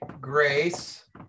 grace